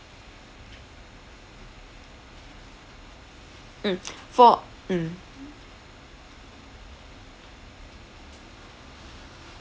mm for mm